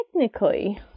Technically